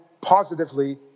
positively